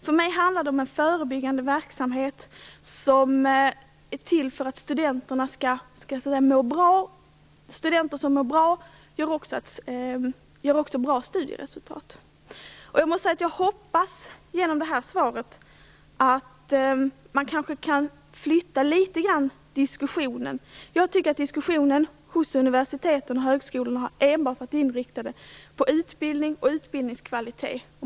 För mig handlar det om en förebyggande verksamhet som är till för att studenterna skall må bra. Studenter som mår bra får också bra studieresultat. Jag hoppas att man genom det här svaret kanske kan flytta diskussionen litet grand. Jag tycker att diskussionen inom universiteten och högskolorna enbart har varit inriktad på utbildning och utbildningskvalitet.